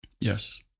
Yes